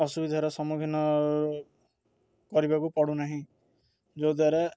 ଅସୁବିଧାର ସମ୍ମୁଖୀନ କରିବାକୁ ପଡ଼ୁ ନାହିଁ ଯଦ୍ୱାରା